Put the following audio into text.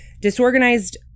disorganized